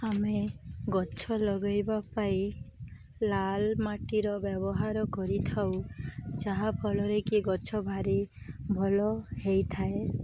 ଆମେ ଗଛ ଲଗେଇବା ପାଇଁ ଲାଲ ମାଟିର ବ୍ୟବହାର କରିଥାଉ ଯାହା'ଫଳରେ କି ଗଛ ଭାରି ଭଲ ହେଇଥାଏ